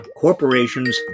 corporations